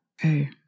Hey